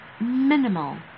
minimal